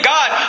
God